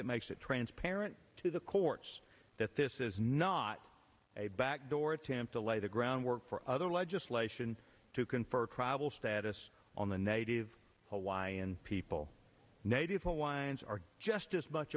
that makes it transparent to the courts that this is not a backdoor attempt to lay the groundwork for other legislation to confer cravell status on the native hawaiian people native hawaiians are just as much